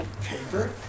paper